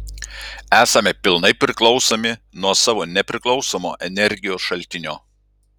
esame pilnai priklausomi nuo savo nepriklausomo energijos šaltinio